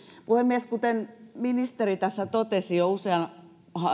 puhemies kuten ministeri tässä totesi jo usean